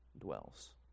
dwells